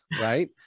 right